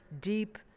deep